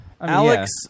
Alex